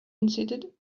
insisted